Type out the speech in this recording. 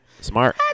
Smart